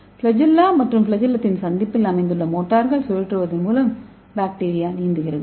flagella மற்றும் ஃபிளாஜெல்லத்தின் சந்திப்பில் அமைந்துள்ள மோட்டார்கள் சுழற்றுவதன் மூலம் பாக்டீரியா நீந்துகிறது